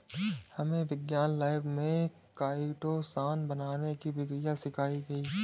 हमे विज्ञान लैब में काइटोसान बनाने की प्रक्रिया सिखाई गई